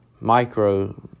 micro